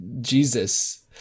Jesus